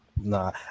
Nah